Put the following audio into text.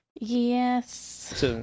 Yes